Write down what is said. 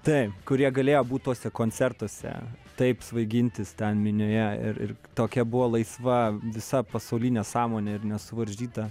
taip kurie galėjo būti tuose koncertuose taip svaigintis ten minioje ir tokia buvo laisva visa pasaulinė sąmonė ir nesuvaržyta